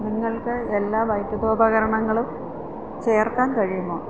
നിങ്ങൾക്ക് എല്ലാ വൈദ്യുതോപകരണങ്ങളും ചേർക്കാൻ കഴിയുമോ